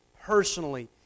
personally